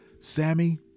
Sammy